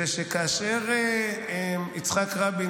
כאשר יצחק רבין,